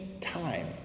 time